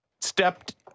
stepped